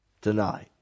tonight